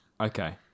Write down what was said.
Okay